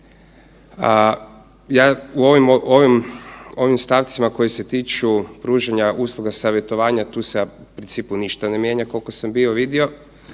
Ja u ovim stavcima koje se tiču pružanja usluga savjetovanja tu se u principu ništa ne mijenja koliko sam bio vidio,